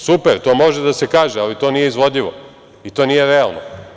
Super, to može da se kaže, ali to nije izvodljivo i to nije realno.